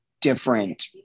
different